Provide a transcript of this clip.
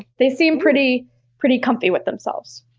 they seem pretty pretty comfy with themselves.